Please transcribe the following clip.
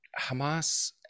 Hamas